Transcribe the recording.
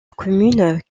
commune